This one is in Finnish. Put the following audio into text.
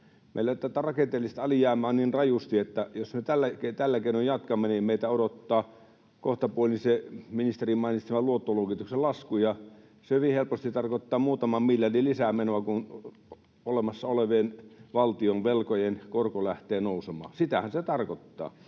Meillä tätä rakenteellista alijäämää on niin rajusti, että jos me tällä keinoin jatkamme, niin meitä odottaa kohtapuoliin se ministerin mainitsema luottoluokituksen lasku, ja se hyvin helposti tarkoittaa muutaman miljardin lisämenoa, kun olemassa olevien valtion velkojen korko lähtee nousemaan. Sitähän se tarkoittaa.